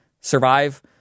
survive